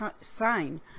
sign